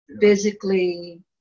physically